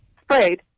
sprayed